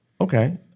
Okay